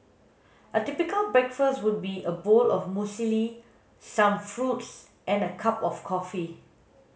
a typical breakfast would be a bowl of muesli some fruits and a cup of coffee